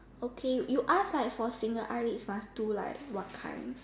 okay you you ask like for seeing the eyelids must do like what kind